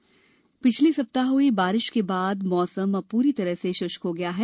मौसम पिछले सप्ताह हई बारिश के बाद अब मौसम पूरी तरह से शृष्क हो गया है